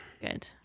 Good